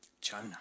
Jonah